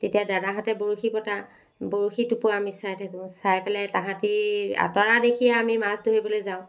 তেতিয়া দাদাহঁতে বৰশী পতা বৰশী টোপোৱা আমি চাই থাকো চাই পেলাই তাহাঁতি আঁতৰা দেখি আমি মাছ ধৰিবলৈ যাওঁ